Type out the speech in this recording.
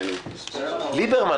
ליברמן,